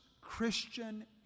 Christian